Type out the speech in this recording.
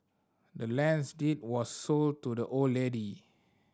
the land's deed was sold to the old lady